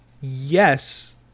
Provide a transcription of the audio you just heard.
Yes